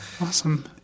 Awesome